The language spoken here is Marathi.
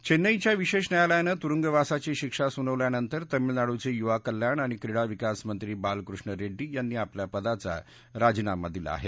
चेन्नईच्या विशेष न्यायालयानं तुरुंगवासाची शिक्षा सुनावल्यानंतर तमीळनाडूचे युवा कल्याण आणि क्रिडा विकास मंत्री बालकृष्ण रेड्डी यांनी आपल्या पदाचा राजीनामा दिला आहे